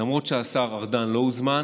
למרות שהשר ארדן לא הוזמן.